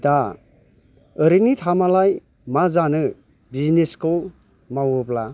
दा ओरैनो थामालाय मा जानो बिजिनेस खौ मावोब्ला